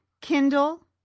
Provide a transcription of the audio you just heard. Kindle